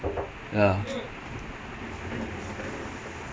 but then pep is like !whoa! I need I need this play he immediately buy